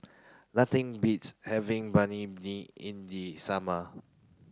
nothing beats having Banh Mi in the summer